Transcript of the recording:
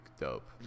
dope